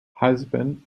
husband